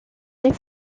les